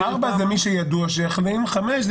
ארבע זה מי שידוע שהחלים; וחמש זה